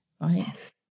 right